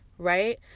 right